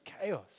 chaos